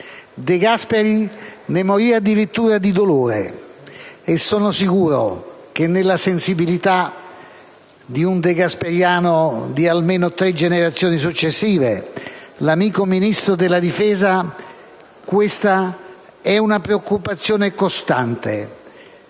De Gasperi ne morì addirittura di dolore e sono sicuro che nella sensibilità di un degasperiano di almeno tre generazioni successive, l'amico Ministro della difesa, questa è una preoccupazione costante,